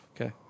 okay